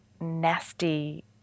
nasty